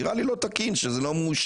נראה לי לא תקין שזה לא מאושר,